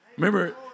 Remember